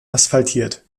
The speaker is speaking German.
asphaltiert